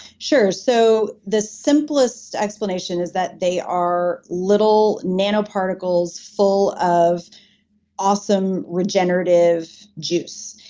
sure. so, the simplest explanation is that they are little nanoparticles full of awesome regenerative juice.